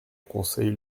conseil